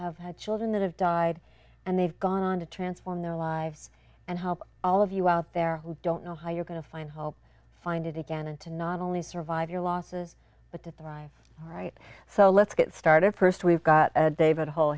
had children that have died and they've gone to transform their lives and help all of you out there who don't know how you're going to find help find it again and to not only survive your losses but to thrive all right so let's get started st we've got david hall